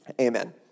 amen